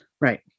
Right